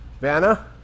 Vanna